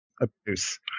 abuse